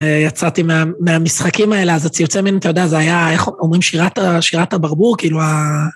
יצאתי מהמשחקים האלה, אז אתה יוצא מין, אתה יודע, זה היה, איך אומרים, שירת הברבור, כאילו ה...